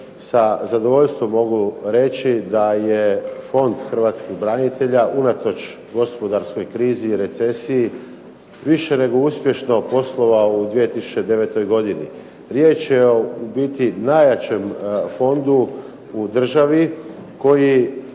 Sa zadovoljstvom mogu reći da je Fond Hrvatskih branitelja unatoč gospodarskoj krizi i recesiji, više nego uspješno poslovao u 2009. godini. Riječ je u biti o najjačem fondu u državi koji